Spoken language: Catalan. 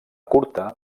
curta